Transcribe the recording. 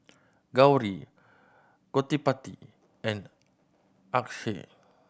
Gauri Gottipati and Akshay